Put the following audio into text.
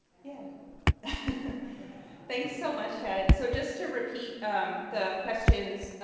yeah thanks so much, shannon. so, just to repeat um the questions,